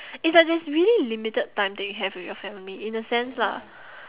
it's like there's really limited time that you have with your family in a sense lah